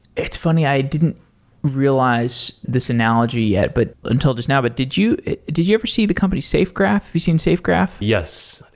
it's funny, i didn't realized this analogy yet but until just now. but did you did you ever see the company safegraph? have you seen safegraph? yes.